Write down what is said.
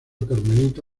carmelita